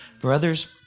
Brothers